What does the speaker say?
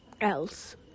else